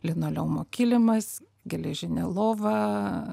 linoleumo kilimas geležinė lova